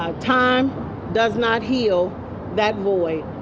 um time does not heal that void.